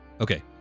Okay